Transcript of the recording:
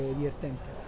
divertente